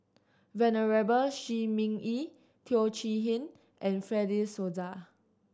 Venerable Shi Ming Yi Teo Chee Hean and Fred De Souza